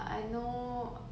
so she was